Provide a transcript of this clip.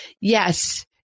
yes